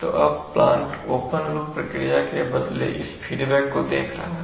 तो अब plant open loop प्रतिक्रिया के बदले इस फीडबैक को देख रहा है